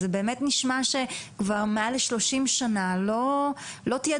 וזה באמת נשמע שכבר מעל ל-30 שנים לא תיעדפו.